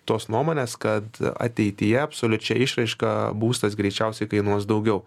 tos nuomonės kad ateityje absoliučia išraiška būstas greičiausiai kainuos daugiau